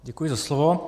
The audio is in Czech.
Děkuji za slovo.